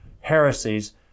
heresies